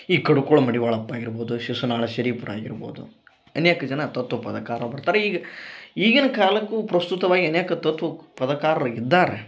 ಈ ಕಡ್ಕೋಳ ಮಡಿವಾಳಪ್ಪ ಆಗಿರ್ಬೋದು ಶಿಶುನಾಳ ಶರೀಫರು ಆಗಿರ್ಬೋದು ಅನೇಕ ಜನ ತತ್ವ ಪದಕಾರರು ಬರ್ತಾರೆ ಈಗ ಈಗಿನ ಕಾಲಕ್ಕು ಪ್ರಸ್ತುತವಾಗಿ ಅನೇಕ ತತ್ವಕ್ಕು ಪದಕಾರರು ಇದ್ದಾರೆ